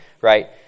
right